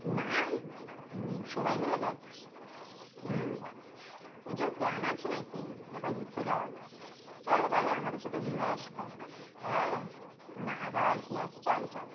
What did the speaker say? না না সবাই মিলে যাচ্ছি হুম পুজোর প্ল্যান আছে ন কি কোথাও ঘুরতে যাওয়ার চলো তাহলে আমাদের সাথে ঘুরে আসবে হ্যাঁ না যাওয়ার কি আছে চলো চলো